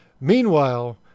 Meanwhile